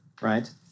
right